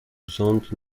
zoned